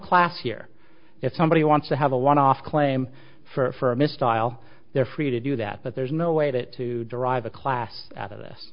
class here if somebody wants to have a one off claim for a mistrial they're free to do that but there's no way to to derive a class out of this